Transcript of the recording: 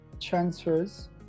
transfers